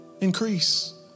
increase